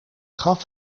gaf